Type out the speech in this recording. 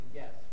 yes